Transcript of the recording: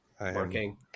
Working